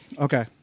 Okay